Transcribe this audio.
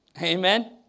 Amen